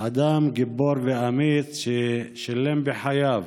אדם גיבור ואמיץ ששילם בחייו